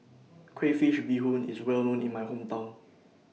Crayfish Beehoon IS Well known in My Hometown